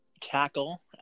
tackle